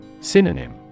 Synonym